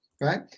right